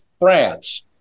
France